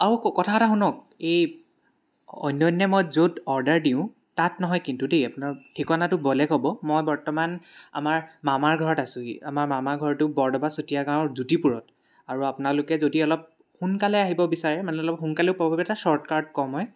আৰু কথা এটা শুনক এই অন্য দিনা য'ত মই অৰ্ডাৰ দিওঁ তাত নহয় কিন্তু দেই আপোনাৰ ঠিকনাটো বলেগ হ'ব মই বৰ্তমান আমাৰ মামাৰ ঘৰত আছোঁহি আমাৰ মামাৰ ঘৰটো বৰদবা চুতীয়া গাঁৱৰ জ্যোতিপুৰত আৰু আপোনালোকে যদি অলপ সোনকালে আহিব বিচাৰে মানে অলপ সোনকালে আহিব বিচাৰে মানে অলপ সোনকালে পোৱাগৈ কথা শ্ৱৰ্টকাট কম হয়